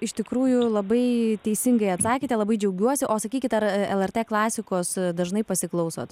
iš tikrųjų labai teisingai atsakėte labai džiaugiuosi o sakykit ar lrt klasikos dažnai pasiklausot